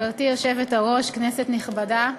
גברתי היושבת-ראש, כנסת נכבדה,